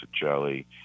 jelly